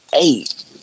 eight